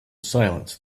silence